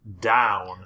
down